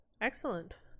Excellent